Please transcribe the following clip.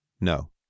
No